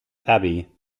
abbey